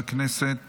חברת הכנסת